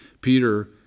Peter